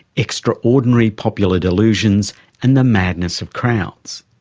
extraordinary popular delusions and the madness of crowds.